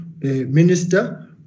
Minister